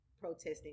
protesting